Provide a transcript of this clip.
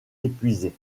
épuisé